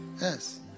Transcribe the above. yes